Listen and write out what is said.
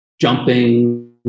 jumping